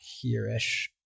here-ish